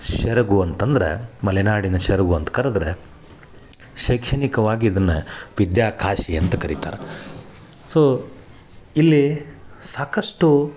ಸೆರಗು ಅಂತಂದ್ರೆ ಮಲೆನಾಡಿನ ಸೆರಗು ಅಂತ ಕರೆದ್ರ ಶೈಕ್ಷಣಿಕವಾಗಿ ಇದನ್ನು ವಿದ್ಯಾಕಾಶಿ ಅಂತ ಕರಿತಾರೆ ಸೊ ಇಲ್ಲಿ ಸಾಕಷ್ಟು